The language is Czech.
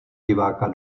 diváka